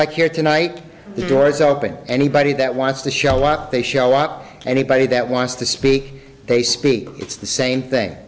like here tonight the doors open anybody that wants to show up they show up anybody that wants to speak they speak it's the same thing